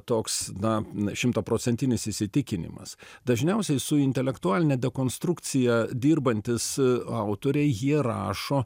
toks na na šimtaprocentinis įsitikinimas dažniausiai su intelektualine dekonstrukcija dirbantys autoriai jie rašo